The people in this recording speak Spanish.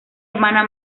hermana